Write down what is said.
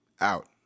out